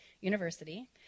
University